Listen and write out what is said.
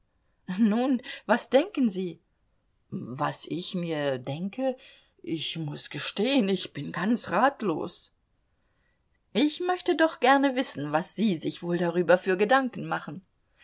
nun was denken sie was ich mir denke ich muß gestehen ich bin ganz ratlos ich möchte doch gerne wissen was sie sich wohl darüber für gedanken machen